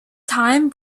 time